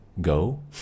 Go